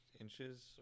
inches